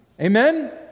Amen